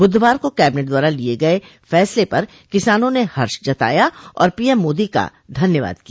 बुधवार को कैबिनेट द्वारा लिए गए फैसले पर किसानों ने हर्ष जताया और पीएम मोदी का धन्यवाद किया